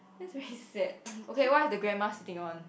this is very sad okay what is the grandma sitting on